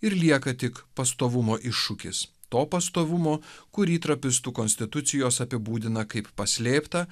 ir lieka tik pastovumo iššūkis to pastovumo kurį trapistų konstitucijos apibūdina kaip paslėptą